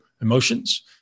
emotions